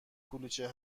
کلوچه